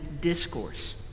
discourse